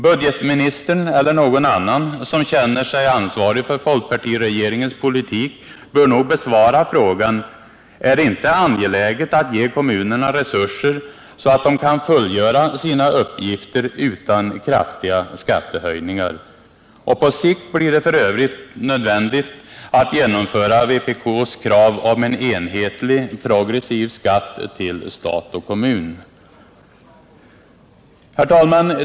Budgetministern eller någon annan som känner sig ansvarig för folkpartiregeringens politik bör besvara frågan: Är det inte angeläget att ge kommunerna resurser så att de kan fullgöra sina uppgifter utan kraftiga skattehöjningar? På sikt blir det f. ö. nödvändigt att genomföra vpk:s krav på en enhetlig progressiv skatt till stat och kommun. Herr talman!